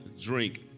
drink